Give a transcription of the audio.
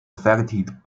affected